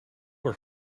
were